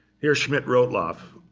here's schmidt-rottluff.